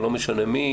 או לא משנה מי,